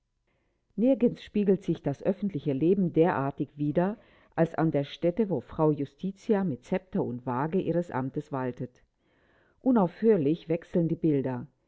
nirgends spiegelt sich das öffentliche leben derartig wieder als an der stätte wo frau justitia mit zepter und wage ihres amtes waltet unaufhörlich wechseln die bilder